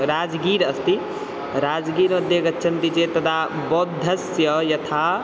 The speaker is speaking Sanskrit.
राज्गीर् अस्ति राज्गीर् मध्ये गच्छन्ति चेत् तदा बौद्धस्य यथा